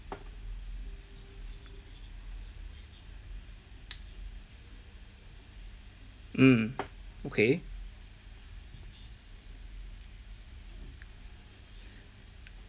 mm okay